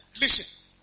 Listen